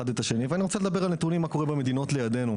את השני ואני רוצה לדבר על נתונים של מה שקורה במדינות לידנו.